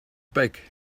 back